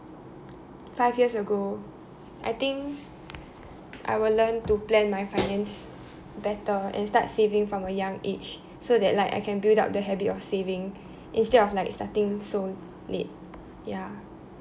five years ago I think I will learn to plan my finance better and start saving from a young age so that like I can build up the habit of saving instead of like starting so late ya